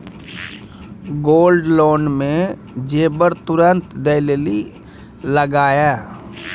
Gold loan मे जेबर तुरंत दै लेली लागेया?